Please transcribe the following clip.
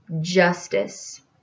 justice